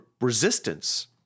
resistance